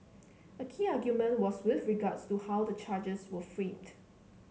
a key argument was with regards to how the charges were framed